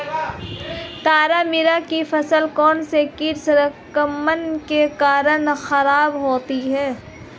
तारामीरा की फसल कौनसे कीट संक्रमण के कारण खराब होती है?